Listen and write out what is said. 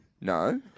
No